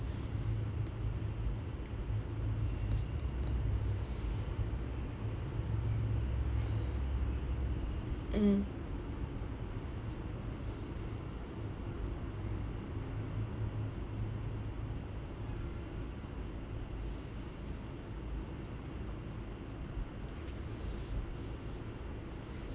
mm